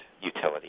utility